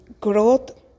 growth